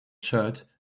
shirt